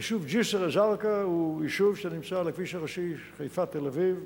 היישוב ג'סר-א-זרקא הוא יישוב שנמצא על הכביש הראשי חיפה תל-אביב,